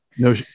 No